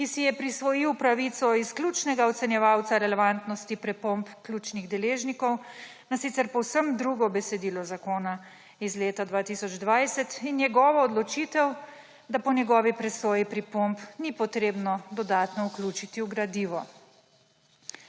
ki si je prisvojil pravico izključnega ocenjevalca relevantnosti pripomb ključnih deležnikov na sicer povsem drugo besedilo zakona iz leta 2020, in njegovo odločitev, da po njegovi presoji pripomb ni treba dodatno vključiti v gradivo.